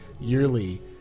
yearly